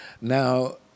Now